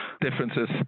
differences